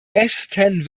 besten